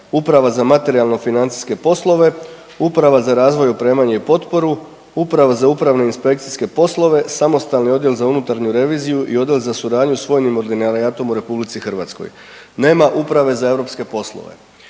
Uprava za materijalno financijske poslove, Uprava za razvoj, opremanje i potporu, Uprava za upravne i inspekcijske poslove, Samostalni odjel za unutarnju reviziju i Odjel za suradnju s vojnim ordinarijatom u RH, nema Uprave za europske poslove.